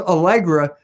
Allegra